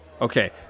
okay